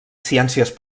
ciències